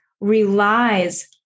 relies